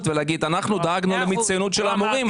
ולהגיד: אנחנו דאגנו למצוינות של המורים,